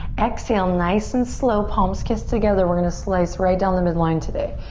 exhale, nice and slow palms kiss together. we're gonna slice right down the midline today,